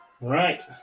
Right